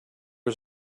was